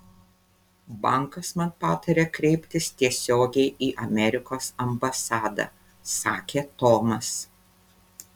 bankas man patarė kreiptis tiesiogiai į amerikos ambasadą sakė tomas